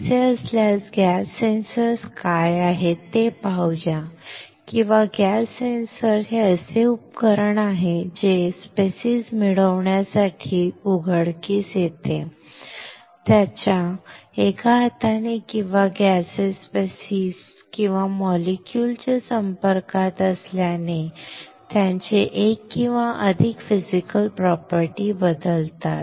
तसे असल्यास gas sensors काय आहेत ते पाहूया किंवा गॅस सेन्सर्स हे असे उपकरण आहे जे स्पेसिज मिळवण्यासाठी उघडकीस येते ज्याच्या एका हाताने किंवा गॅसेस स्पेसिज किंवा मोलेक्युल च्या संपर्कात आल्याने त्याचे एक किंवा अधिक फिजिकल प्रोपर्टी बदलतात